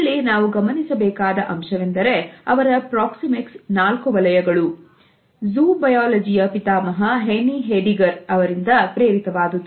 ಇಲ್ಲಿ ನಾವು ಗಮನಿಸಬೇಕಾದ ಅಂಶವೆಂದರೆ ರವರ ಪ್ರಾಕ್ಸಿಮಿಕ್ಸ್ ನಾಲ್ಕು ವಲಯಗಳು zoo biology ಯ ಪಿತಾಮಹ Heini Hediger ರವರಿಂದ ಪ್ರೇರಿತವಾದುದು